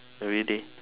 everyday